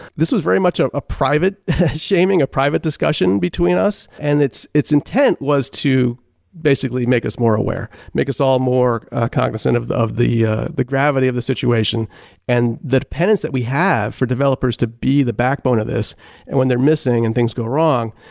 this was very much ah a private shaming, a private discussion between us and its its intent was to basically make us more aware, make us all more cognizant of the of the ah gravity of the situation and the dependence that we have for developers to be the backbone of this and when they're missing and things go wrong,